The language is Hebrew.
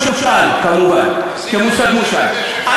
כמושג מושאל, כמובן.